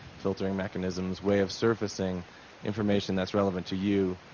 filtering mechanisms, way of surfacing information that's relevant to you,